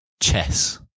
Chess